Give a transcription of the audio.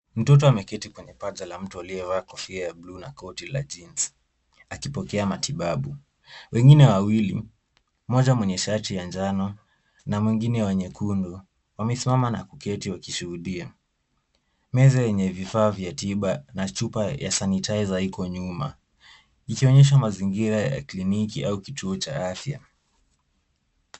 Mtoto ameketi kwenye paja la mtu aliyevaa kofia ya bluu na koti la jeans akipokea matibabu. Wengine wawili, mmoja mwenye shati ya njano na mwingine wa nyekundu wamesimama na kuketi wakishuhudia. Meza yenye vifaa vya tiba na chupa ya sanitizer iko nyuma ikionyesha mazingira ya kliniki au kituo cha afya.